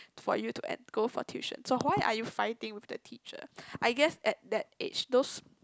for you to en~ go for tuition so why are you fighting with the teacher I guess at that age those